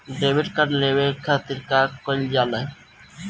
Debit card लेवे के खातिर का कइल जाइ?